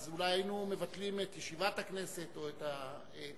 אולי היינו מבטלים את ישיבת הכנסת או את סדר-היום,